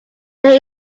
there